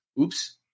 oops